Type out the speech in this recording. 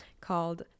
called